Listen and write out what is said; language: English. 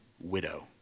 widow